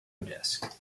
desk